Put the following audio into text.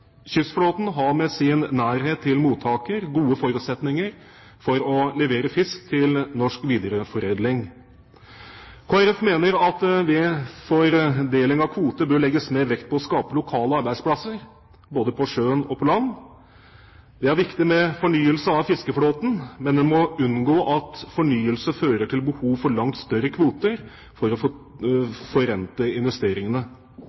Kystflåten har med sin nærhet til mottaker gode forutsetninger for å levere fisk til norsk videreforedling. Kristelig Folkeparti mener at det ved fordeling av kvoter bør legges mer vekt på å skape lokale arbeidsplasser, både på sjøen og på land. Det er viktig med fornyelse av fiskeflåten, men en må unngå at fornyelse fører til behov for langt større kvoter for å